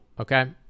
okay